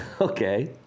okay